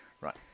Right